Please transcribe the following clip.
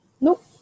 Nope